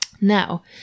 Now